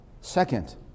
Second